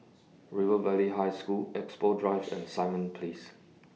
River Valley High School Expo Drive and Simon Place